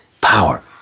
power